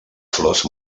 flors